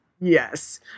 Yes